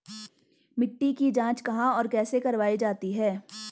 मिट्टी की जाँच कहाँ और कैसे करवायी जाती है?